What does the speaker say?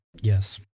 Yes